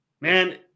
man